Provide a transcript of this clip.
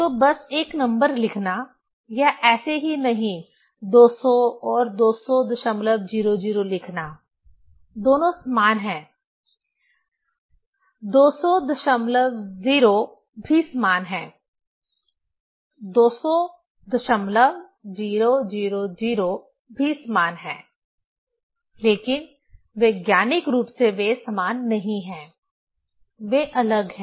तो बस एक नंबर लिखना यह ऐसे ही नहीं 200 और 20000 लिखना दोनों समान हैं 2000 भी समान हैं 200000 भी समान हैं लेकिन वैज्ञानिक रूप से वे समान नहीं हैं वे अलग हैं